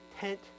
tent